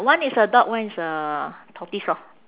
one is a dog one is a tortoise orh